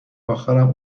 اخرم